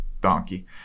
donkey